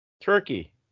turkey